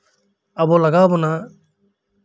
ᱟᱵᱚ ᱞᱟᱜᱟᱣ ᱵᱚᱱᱟ